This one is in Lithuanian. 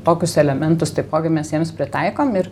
tokius elementus taipogi mes jiems pritaikom ir